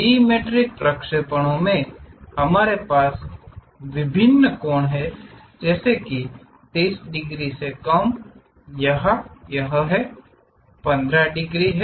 dimetric प्रक्षेपणों में हमारे पास विभिन्न कोण हैं जैसे कि 30 डिग्री से कम यहाँ यह 15 डिग्री है